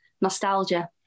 nostalgia